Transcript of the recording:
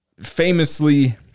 famously